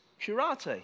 curate